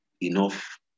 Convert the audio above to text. enough